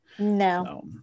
no